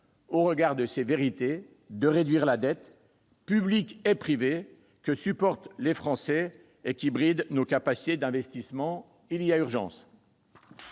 au regard de ces vérités, de réduire la dette, publique et privée, que supportent les Français et qui bride nos capacités d'investissement. Il y a urgence